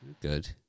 good